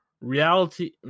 reality